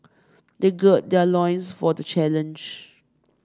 they gird their loins for the challenge